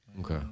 Okay